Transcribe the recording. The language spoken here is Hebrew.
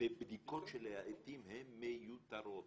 בבדיקות שלעתים הן מיותרות